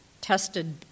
tested